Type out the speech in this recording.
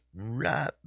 right